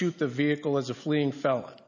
shoot the vehicle as a fleeing fel